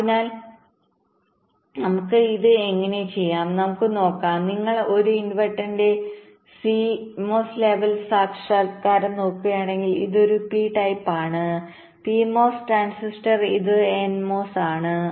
അതിനാൽ നമുക്ക് ഇത് എങ്ങനെ ചെയ്യാം നമുക്ക് നോക്കാം നിങ്ങൾ ഒരു ഇൻവെർട്ടറിന്റെ CMOS ലെവൽ സാക്ഷാത്കാരം നോക്കുകയാണെങ്കിൽ ഇത് ഒരു P ടൈപ്പ് ആണ് PMOS ട്രാൻസിസ്റ്റർ ഇത് ഒരു NMOS ആണ്